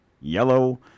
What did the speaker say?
yellow